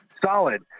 solid